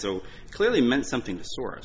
so clearly meant something